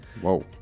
Whoa